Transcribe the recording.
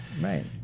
Right